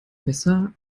besser